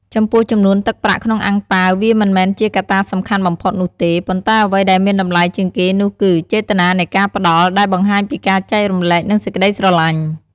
ចំពោះចំនួនទឹកប្រាក់ក្នុងអាំងប៉ាវ វាមិនមែនជាកត្តាសំខាន់បំផុតនោះទេ ប៉ុន្តែអ្វីដែលមានតម្លៃជាងគេនោះគឺចេតនានៃការផ្តល់ ដែលបង្ហាញពីការចែករំលែក និងសេចកក្តីស្រឡាញ់។